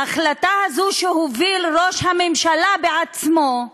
ההחלטה הזאת שהוביל ראש הממשלה בעצמו,